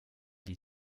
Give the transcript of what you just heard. die